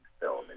film